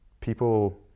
people